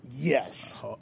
Yes